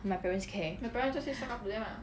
my parents care